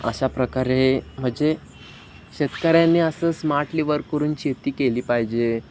अशा प्रकारे म्हणजे शेतकऱ्यांनी असं स्मार्टली वर्क करून शेती केली पाहिजे